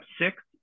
six